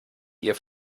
ihr